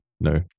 no